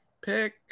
pick